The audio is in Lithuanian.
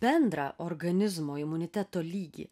bendrą organizmo imuniteto lygį